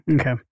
Okay